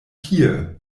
tie